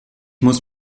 muss